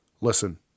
Listen